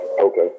Okay